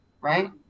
Right